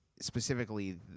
specifically